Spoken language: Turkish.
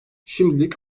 şimdilik